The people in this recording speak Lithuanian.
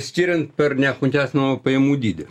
skiriant per neapmokestinamą pajamų dydį